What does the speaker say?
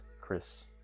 Chris